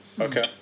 okay